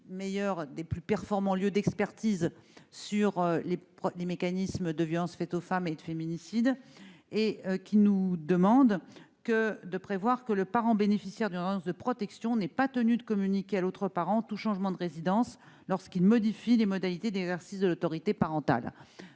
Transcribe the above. meilleurs et des plus performants lieux d'expertise sur les mécanismes des violences faites aux femmes et sur les féminicides. La FNSF nous demande de prévoir que le parent bénéficiaire d'une ordonnance de protection ne soit pas tenu de communiquer à l'autre parent tout changement de résidence lorsqu'il modifie les modalités d'exercice de l'autorité parentale.